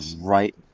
Right